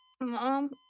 Mom